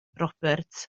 roberts